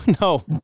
no